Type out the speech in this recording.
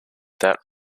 that